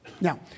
Now